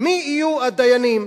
מי יהיו הדיינים.